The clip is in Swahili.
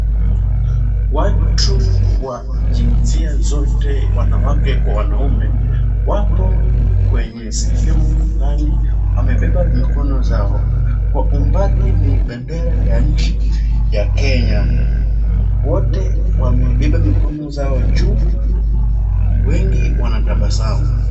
Watu wa jinsia zote, wanawake kwa wamaume, wapo kwenye sehemu fulani wamebeba mikono zao. Kwa umbali ni bendera ya nchi ya Kenya. Wote wamebeba mikono zao juu, wengi wanatabasamu.